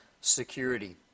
security